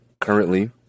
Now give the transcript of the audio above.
currently